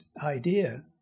idea